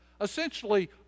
essentially